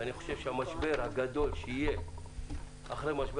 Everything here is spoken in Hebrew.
ואני חושב שהמשבר הגדול שיהיה אחרי משבר